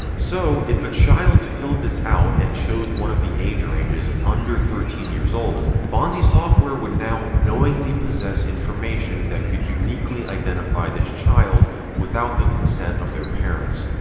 so, if a child filled this out and chose one of the age ranges under thirteen years old, bonzi software would now knowingly possess information that can uniquely identify this child without the consent of their parents.